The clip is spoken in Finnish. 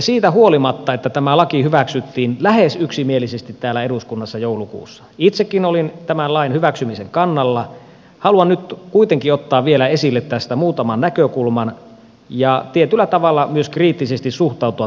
siitä huolimatta että tämä laki hyväksyttiin lähes yksimielisesti täällä eduskunnassa joulukuussa itsekin olin tämän lain hyväksymisen kannalla haluan nyt kuitenkin ottaa vielä esille tästä muutaman näkökulman ja tietyllä tavalla myös kriittisesti suhtautua tähän lakiin